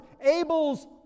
Abel's